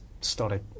started